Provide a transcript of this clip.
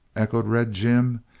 echoed red jim.